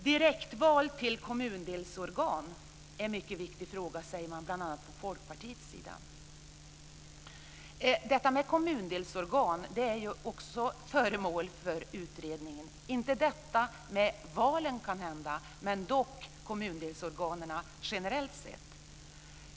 Direktval till kommundelsorgan är en mycket viktig fråga, säger man bl.a. från Folkpartiets sida. Kommundelsorgan är ju också föremål för utredningen - kanhända inte detta med valen, men dock kommundelsorganen generellt.